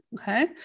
Okay